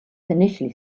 initially